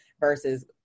versus